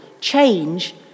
change